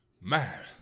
man